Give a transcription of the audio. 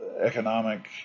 economic